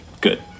Good